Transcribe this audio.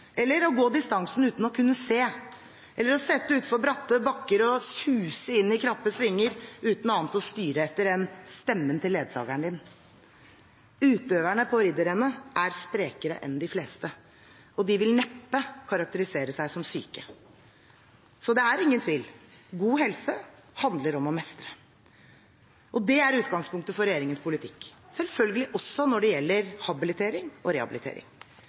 eller går distansen uten å kunne se, eller setter utfor bratte bakker og suser inn i krappe svinger uten annet å styre etter enn stemmen til ledsageren din. Utøverne på Ridderrennet er sprekere enn de fleste, og de vil neppe karakterisere seg som syke. Så det er ingen tvil: God helse handler om å mestre. Det er utgangspunktet for regjeringens politikk – selvfølgelig også når det gjelder habilitering og rehabilitering.